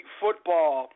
football